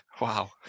wow